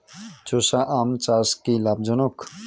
চোষা আম চাষ কি লাভজনক?